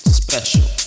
special